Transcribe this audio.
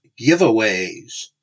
giveaways